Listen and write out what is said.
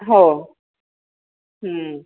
हो